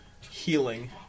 healing